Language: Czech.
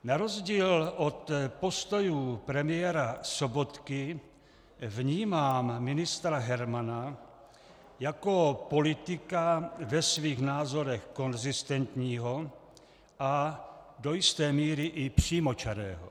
Na rozdíl od postojů premiéra Sobotky vnímám ministra Hermana jako politika ve svých názorech konzistentního a do jisté míry i přímočarého.